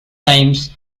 times